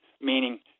meaning